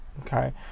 Okay